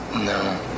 No